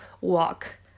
walk